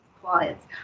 clients